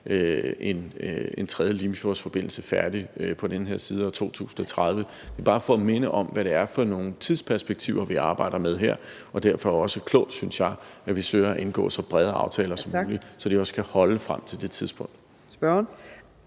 en tredje Limfjordsforbindelse færdig på den her side af 2030. Det er bare for at minde om, hvad det er for nogle tidsperspektiver, vi arbejder med her. Det er derfor også klogt, synes jeg, at vi søger at indgå så brede aftaler som muligt, så de også kan holde frem til det tidspunkt.